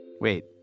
Wait